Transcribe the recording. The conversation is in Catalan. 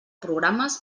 programes